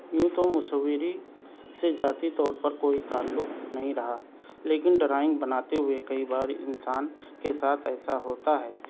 یوں تو مصوری سے ذاتی طور پر کوئی تعلق نہیں رہا لیکن ڈرائنگ بناتے ہوئے کئی بار انسان کے ساتھ ایسا ہوتا ہے